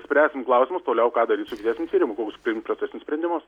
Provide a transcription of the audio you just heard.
spręsim klausimus toliau ką daryt su ikiteisminiu tyrimu kokius priimti procesinius sprendimus